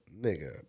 Nigga